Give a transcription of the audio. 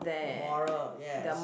the moral yes